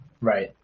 Right